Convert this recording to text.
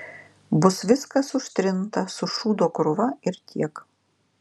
bus viskas užtrinta su šūdo krūva ir tiek